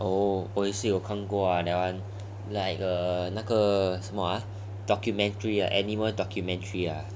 oh 我也是有看过 ah that one documentary ah all the documentary ah